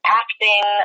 acting